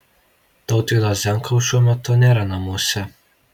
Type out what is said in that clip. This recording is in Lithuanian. tautvydo zenkaus šiuo metu nėra namuose